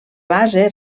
base